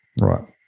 Right